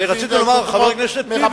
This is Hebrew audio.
אנחנו מביאים דוגמאות מרבת-עמון,